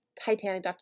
titanic